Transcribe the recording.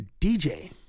DJ